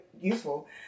useful